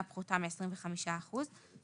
התחתונות דרגת נכותו בשל ההחמרה אינה פחותה מ-15 אחוזים,